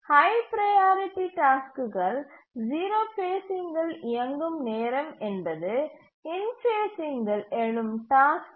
high priority டாஸ்க்குகள் 0 ஃபேஸ்சிங்கில் இயங்கும் நேரம் என்பது இன்ஃபேஸ்சிங்கில் எழும் டாஸ்க்